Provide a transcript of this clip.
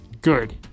Good